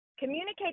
Communicate